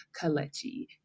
Kalechi